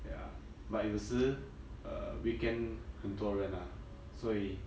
ya but 有时 err weekend 很多人啦所以